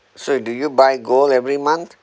so do you buy gold every month